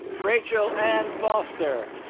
rachel ann foster